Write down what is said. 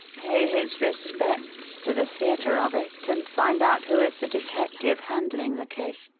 pay his respects to the theatre of it and find out who is the detective handling the case.